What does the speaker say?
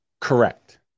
Correct